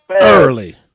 Early